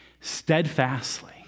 steadfastly